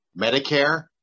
Medicare